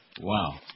Wow